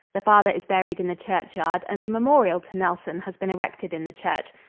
the father is buried in the churchyard and a memorial to nelson has been erected in the church.